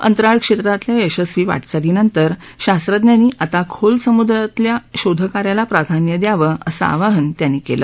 अंतराळ क्षेत्रातल्या यशस्वी वाटचालीनंतर शास्त्रज्ञांनी आता खोल समुद्रातल्या शोधकार्याला प्राधान्य द्यावं असं आवाहन त्यांनी केलं